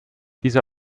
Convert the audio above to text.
diese